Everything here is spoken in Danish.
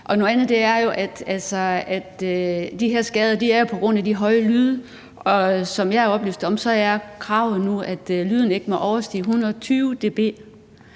Noget andet er, at de her skader jo sker på grund af de høje lyde. Sådan som jeg er oplyst, er kravet nu, at lyden ikke må overstige 120 dB.